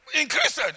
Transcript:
Increased